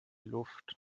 luft